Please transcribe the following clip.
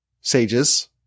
sages